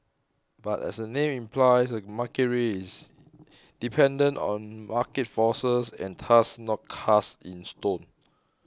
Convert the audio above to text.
but as the name implies a market rate is dependent on market forces and thus not cast in stone